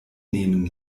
nehmen